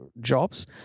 jobs